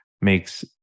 makes